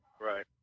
Right